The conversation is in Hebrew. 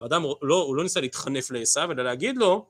האדם, הוא לא ניסה להתחנף לעשו אלא להגיד לו...